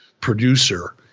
producer